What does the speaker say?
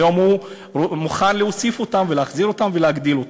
היום הוא מוכן להוסיף ולהחזיר אותן ולהגדיל אותן.